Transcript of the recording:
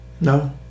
No